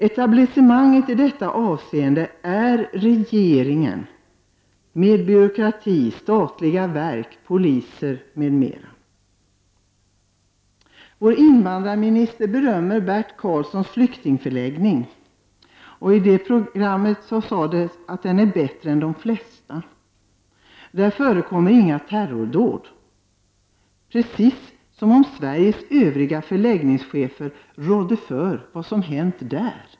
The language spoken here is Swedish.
Etablissemanget i detta sammanhang består av regeringen, statliga verk, poliser m.m. och den byråkrati som hänger samman med deras verksamhet. Invandrarministern berömde Bert Carlssons flyktingförläggning. I ett TV program sade hon att den är bättre än de flesta andra. Där förekommer det inga terrordåd — precis som om Sveriges övriga förläggningschefer skulle rå för vad som hänt där!